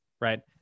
right